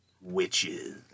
witches